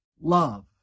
love